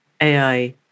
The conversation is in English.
AI